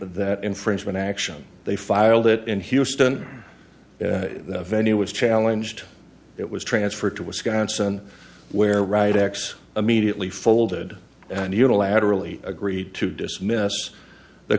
that infringement action they filed it in houston the venue was challenged it was transferred to wisconsin where wright acts immediately folded and unilaterally agreed to dismiss the